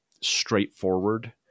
straightforward